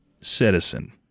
citizen